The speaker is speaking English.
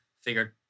figured